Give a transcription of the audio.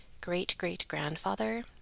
great-great-grandfather